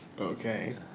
Okay